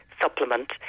supplement